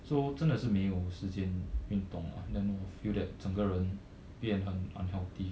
so 真的是没有时间运动 ah then 我 feel that 整个人变很 unhealthy